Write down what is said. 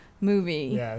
movie